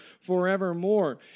forevermore